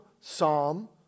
Psalm